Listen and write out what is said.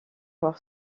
voir